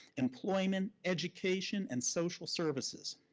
employment, education, and social services.